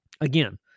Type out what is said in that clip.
Again